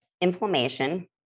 inflammation